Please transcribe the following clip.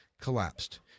Collapsed